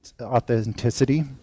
authenticity